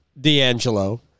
D'Angelo